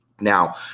Now